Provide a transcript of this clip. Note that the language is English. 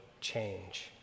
change